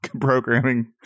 programming